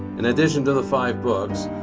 in addition to the five books,